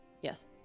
Yes